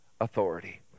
authority